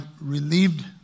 relieved